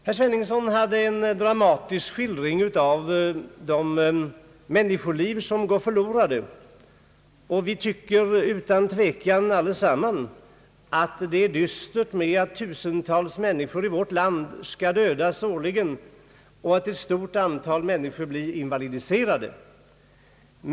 Herr Sveningsson gav en dramatisk skildring av de människoliv som gått förlorade genom trafikolyckor, och vi tycker utan tvekan allesammans att det är dystert att tusentals människor i vårt land dödas årligen och att ett stort antal människor blir invalidiserade.